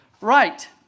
Right